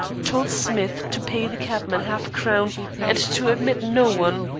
told smith to pay the cabman half-a-crown and to admit no one,